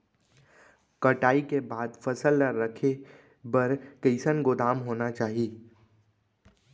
कटाई के बाद फसल ला रखे बर कईसन गोदाम होना चाही?